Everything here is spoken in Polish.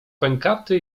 pękaty